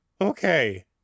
Okay